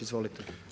Izvolite.